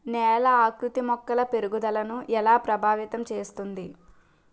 నేల ఆకృతి మొక్కల పెరుగుదలను ఎలా ప్రభావితం చేస్తుంది?